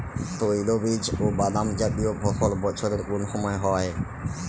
তৈলবীজ ও বাদামজাতীয় ফসল বছরের কোন সময় হয়?